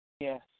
Yes